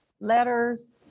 letters